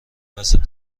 وسط